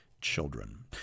children